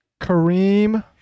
Kareem